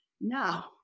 now